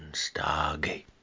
stargate